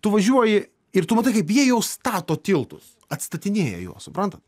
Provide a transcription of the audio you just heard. tu važiuoji ir tu matai kaip jie jau stato tiltus atstatinėja juos suprantat